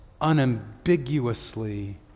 unambiguously